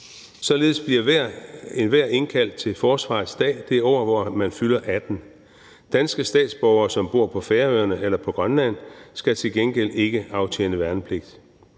Således bliver enhver indkaldt til Forsvarets Dag det år, hvor man fylder 18. Danske statsborgere, som bor på Færøerne eller på Grønland, skal til gengæld ikke aftjene værnepligt.